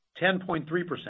10.3%